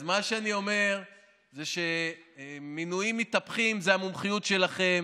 מה שאני אומר זה שמינויים מתהפכים זה המומחיות שלכם,